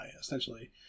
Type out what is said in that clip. essentially